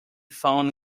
found